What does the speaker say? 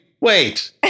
Wait